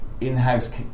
in-house